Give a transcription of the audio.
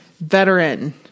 veteran